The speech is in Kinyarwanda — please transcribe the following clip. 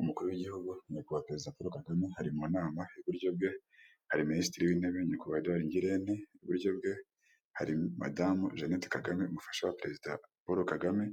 Umukuru w'igihugu nyakubahwa perezida Paul Kagame ari mu nama iburyo bwe hari minisitiri w'intebe nyakubahwa Eduard Ngirente, iburyo bwe hari madamu Jeannette Kagame umufasha wa perezida Paul Kagame,